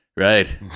right